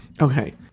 okay